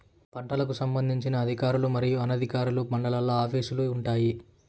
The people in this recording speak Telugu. పంటలకు సంబంధించిన అధికారులు మరియు అనధికారులు మండలాల్లో ఆఫీస్ లు వుంటాయి?